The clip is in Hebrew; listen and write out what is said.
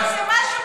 אבל זה משהו מזהם.